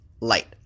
light